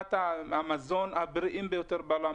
משמונת המזון הבריאים בעולם.